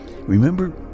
Remember